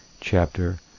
chapter